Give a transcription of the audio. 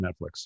Netflix